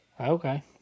Okay